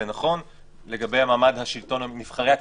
זה נכון לגבי מעמד נבחרי הציבור,